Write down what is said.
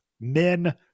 men